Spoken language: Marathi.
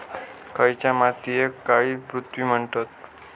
खयच्या मातीयेक काळी पृथ्वी म्हणतत?